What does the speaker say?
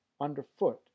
underfoot